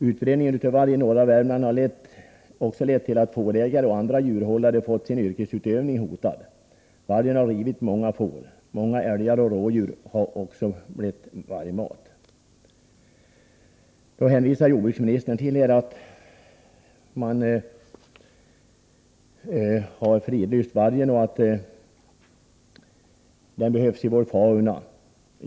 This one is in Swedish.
Utbredningen av varg i norra Värmland har lett till att fårägare och andra djurhållare fått sin yrkesutövning hotad. Vargen har nämligen rivit många får. Dessutom har många älgar och rådjur blivit vargmat. Jordbruksministern hänvisar till att Sverige har åtagit sig att skydda vargen och att den behövs i vår fauna.